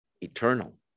eternal